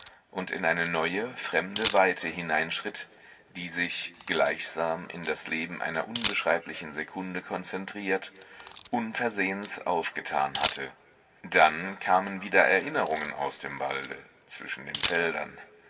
und in eine neue fremde weite hineinschritt die sich gleichsam in das leben einer unbeschreiblichen sekunde konzentriert unversehens aufgetan hatte dann kamen wieder erinnerungen aus dem walde zwischen den feldern